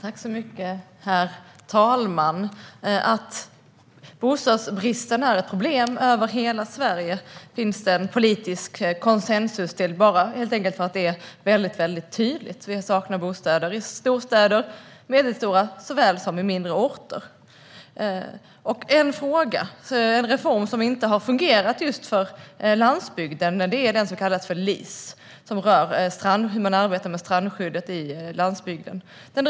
Herr talman! Att bostadsbristen är ett problem över hela Sverige finns det en politisk konsensus om, vilket helt enkelt beror på att det är så väldigt tydligt. Vi saknar bostäder såväl i storstäder och medelstora städer som på mindre orter. En reform som inte har fungerat för landsbygden är den som kallas för LIS. Den rör hur man arbetar med strandskyddet på landsbygden.